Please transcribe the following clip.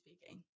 speaking